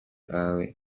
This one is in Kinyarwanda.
bawe